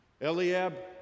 Eliab